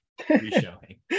reshowing